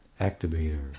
activator